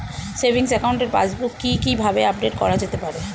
Savings একাউন্টের passbook কি কিভাবে আপডেট করা যেতে পারে?